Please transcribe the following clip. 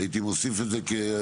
הייתי מוסיף את זה כפקטור